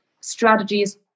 strategies